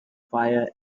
fire